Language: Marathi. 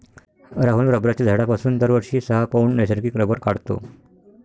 राहुल रबराच्या झाडापासून दरवर्षी सहा पौंड नैसर्गिक रबर काढतो